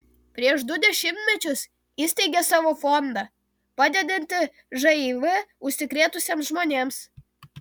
prieš du dešimtmečius įsteigė savo fondą padedantį živ užsikrėtusiems žmonėms